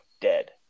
dead